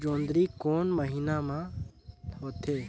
जोंदरी कोन महीना म होथे?